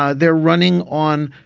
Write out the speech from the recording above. ah they're running on.